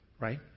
Right